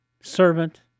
servant